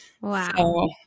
Wow